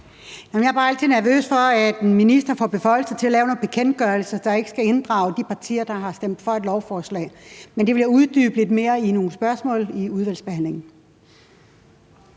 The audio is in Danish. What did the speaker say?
er bare altid nervøs for, at en minister får beføjelser til at lave nogle bekendtgørelser, der ikke skal inddrage de partier, der har stemt for et lovforslag. Men det vil jeg uddybe lidt mere i nogle spørgsmål i udvalgsbehandlingen.